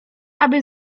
aby